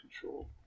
Control